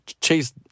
chase